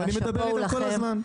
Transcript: נכון, ואני מדבר עמם כל הזמן.